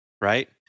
right